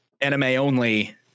anime-only